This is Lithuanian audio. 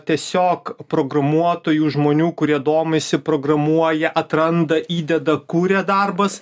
tiesiog programuotojų žmonių kurie domisi programuoja atranda įdeda kuria darbas